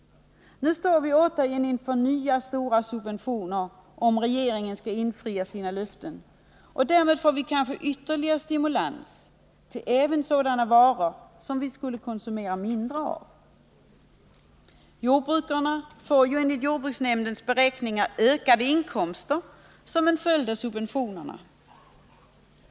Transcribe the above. Nu står vi återigen inför frågan om nya stora subventioner, om regeringen skall infria sina löften. Därmed får vi kanske ytterligare stimulans även till produktion av sådana varor som vi borde konsumera mindre av. Jordbrukarna får ju enligt jordbruksnämndens beräkningar ökade inkomster som en följd av subventionerna.